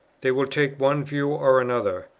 they will take one view or another,